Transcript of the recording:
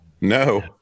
no